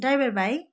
driver भाइ